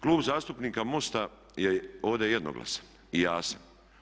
Klub zastupnika MOST-a je ovdje jednoglasan i jasan.